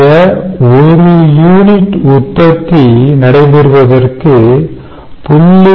இந்த ஒரு யூனிட் உற்பத்தி நடைபெறுவதற்கு 0